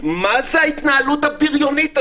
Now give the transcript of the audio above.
מה זה ההתנהלות הבריונית הזאת?